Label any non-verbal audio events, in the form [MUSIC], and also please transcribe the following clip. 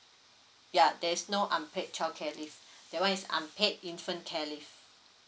ya there is no unpaid childcare leave [BREATH] that one is unpaid infant care leave